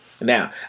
now